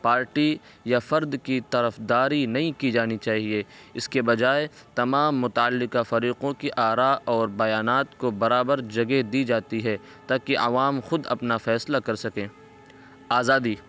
party یا فرد کی طرفداری نہیں کی جانی چاہیے اس کے بجائے تمام متعلقہ فریقوں کی آرا اور بیانات کو برابر جگہ دی جاتی ہے تاکہ عوام خود اپنا فیصلہ کر سکے آزادی